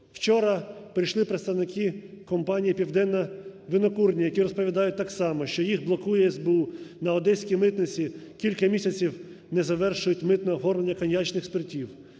Вчора прийшли представники компанії "Південна винокурня", які розповідають так само, що їх блокує СБУ. На Одеській митниці кілька місяців не завершують митне оформлення коньячних спиртів.